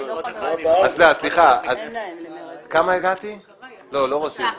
לא, אני בחוקה.